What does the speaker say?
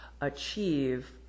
achieve